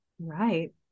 Right